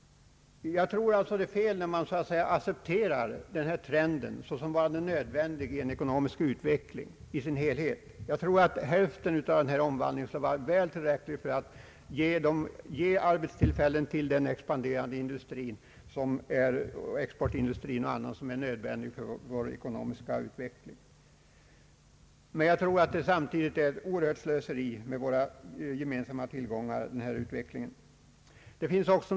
Jag tror alltså att det är fel att acceptera den här trenden såsom varande nödvändig för den ekonomiska utvecklingen i dess helhet. Hälften av denna omvandling skulle vara tillräcklig för att ge arbetstillfällen till den växande industrin — exportindustrin och andra — som är nödvändig för vår ekonomiska utveckling. En stor del av denna industri kunde med fördel ligga ute i landsorten. Den snabba utveckling vi nu upplever utgör ett oerhört slöseri med våra gemensamma tillgångar.